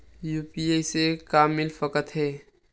UPI से का मिल सकत हे?